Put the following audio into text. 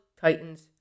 Titans